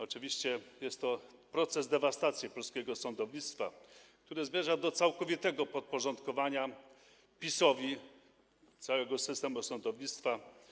Oczywiście jest to proces dewastacji polskiego sądownictwa, który zmierza do całkowitego podporządkowania PiS-owi całego systemu sądownictwa.